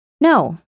No